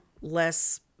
less